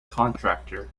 contractor